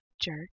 Jerk